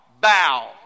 bow